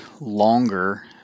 longer